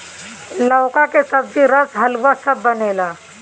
लउका के सब्जी, रस, हलुआ सब बनेला